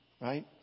right